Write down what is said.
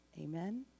Amen